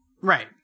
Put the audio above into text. Right